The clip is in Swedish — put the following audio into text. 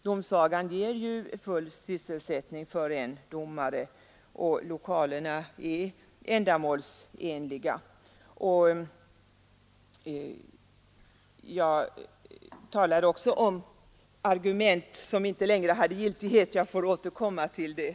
Domsagan ger full sysselsättning för en domare, och lokalerna är ändamålsenliga. Jag talade också om argument som inte längre hade giltighet. Jag återkommer till dem.